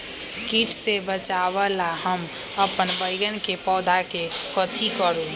किट से बचावला हम अपन बैंगन के पौधा के कथी करू?